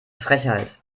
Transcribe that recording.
frechheit